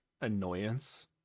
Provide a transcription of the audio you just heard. annoyance